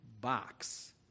box